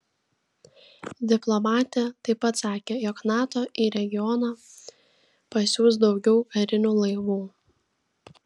diplomatė taip pat sakė jog nato į regioną pasiųs daugiau karinių laivų